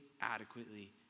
adequately